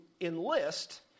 enlist